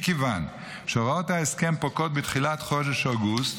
מכיוון שהוראות ההסכם פוקעות בתחילת חודש אוגוסט,